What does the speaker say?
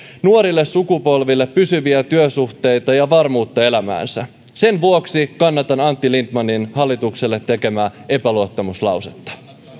nuorille sukupolville pysyviä työsuhteita ja varmuutta elämäänsä sen vuoksi kannatan antti lindtmanin hallitukselle tekemää epäluottamuslausetta